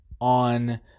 On